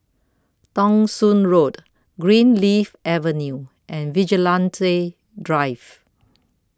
Thong Soon Road Greenleaf Avenue and Vigilante Drive